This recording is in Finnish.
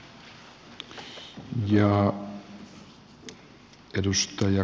arvoisa puhemies